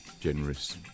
generous